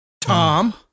Tom